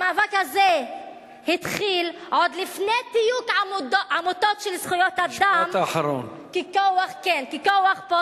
המאבק הזה התחיל עוד לפני תיוג עמותות של זכויות אדם ככוח פוסט-ציוני.